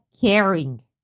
caring